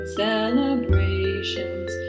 celebrations